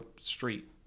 street